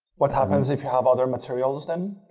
what happens if you have other materials then?